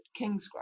Kingsgrove